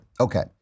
Okay